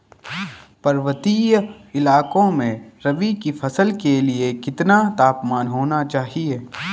पर्वतीय इलाकों में रबी की फसल के लिए कितना तापमान होना चाहिए?